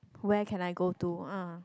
where can I go to uh